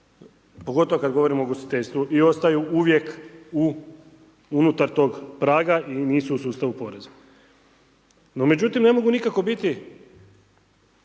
pogotovo kada govorimo o ugostiteljstvu i ostaju uvijek u unutar tog praga i nisu u sustavu poreza. No, međutim, ne mogu nikako biti